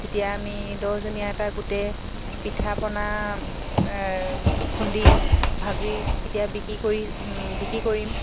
এতিয়া আমি দহজনীয়া এটা গোটেই পিঠা পনা খুন্দি ভাজি এতিয়া বিক্ৰী কৰি বিক্ৰী কৰিম